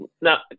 Now